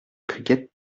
cricket